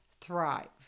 thrive